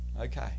Okay